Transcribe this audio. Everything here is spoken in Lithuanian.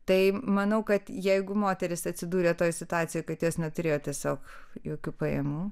tai manau kad jeigu moteris atsidūrė toj situacijoj kad jos neturėjo tiesiog jokių pajamų